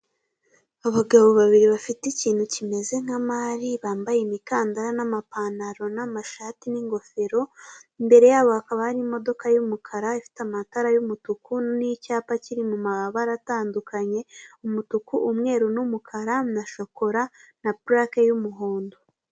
Abagabo babiri bafite ikintu kimeze nka mari, bambaye imikandara n'amapantaro, na amashati n'ingofero. Imbere yabo hakaba hari imodoka y'umukara ifite amatara y'umutuku ni icyapa kiri mumabara atandukanye, umutuku, umweru n'umukara na shokora, na purake y'umuhondo.